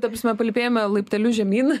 ta prasme palypėjome laipteliu žemyn